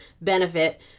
benefit